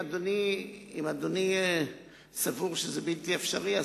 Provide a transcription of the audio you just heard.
זה אפשרי, אלא אם אדוני סבור שזה בלתי אפשרי.